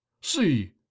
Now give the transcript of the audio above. See